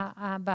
זה.